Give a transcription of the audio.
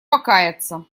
покаяться